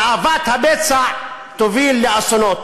תאוות הבצע תוביל לאסונות.